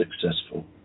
successful